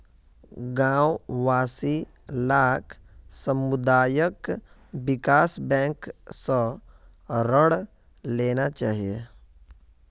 गांव वासि लाक सामुदायिक विकास बैंक स ऋण लेना चाहिए